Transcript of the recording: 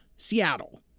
Seattle